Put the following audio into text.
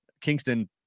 Kingston